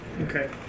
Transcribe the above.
Okay